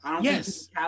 yes